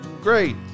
great